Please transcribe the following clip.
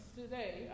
today